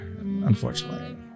unfortunately